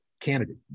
candidate